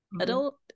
adult